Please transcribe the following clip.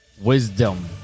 wisdom